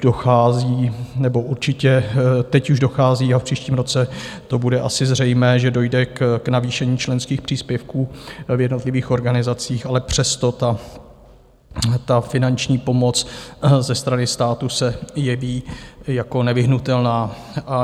Dochází nebo určitě teď už dochází a v příštím roce to bude asi zřejmé, že dojde k navýšení členských příspěvků v jednotlivých organizacích, ale přesto finanční pomoc ze strany státu se jeví jako nevyhnutelná.